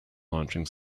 launching